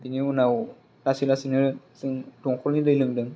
बिनि उनाव लासै लासैनो जों दंखलनि दै लोंदों